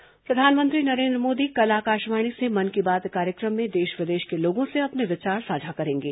मन की बात प्रधानमंत्री नरेन्द्र मोदी कल आकाशवाणी से मन की बात कार्यक्रम में देश विदेश के लोगों से अपने विचार साझा करेंगे